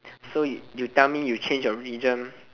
so you you tell me you change your religion